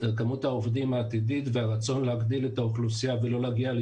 כמות העובדים העתידית והרצון להגדיל את האוכלוסייה ולא להגיע ולא